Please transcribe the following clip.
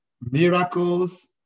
miracles